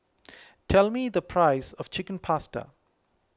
tell me the price of Chicken Pasta